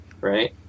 right